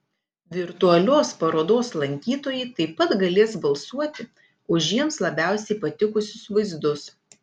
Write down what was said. virtualios parodos lankytojai taip pat galės balsuoti už jiems labiausiai patikusius vaizdus